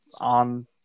on